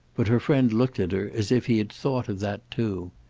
but her friend looked at her as if he had thought of that too.